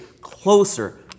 closer